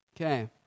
Okay